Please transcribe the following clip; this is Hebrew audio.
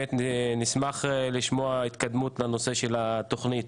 באמת נשמח לשמוע התקדמות בנושא של התוכנית,